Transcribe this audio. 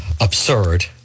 absurd